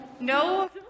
No